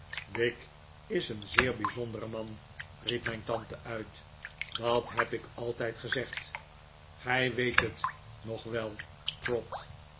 dick is een zeer bijzondere man riep mijn tante uit dat heb ik altijd gezegd gij weet het nog wel trot